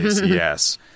yes